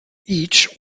each